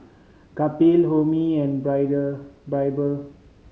Kapil Homi and Birbal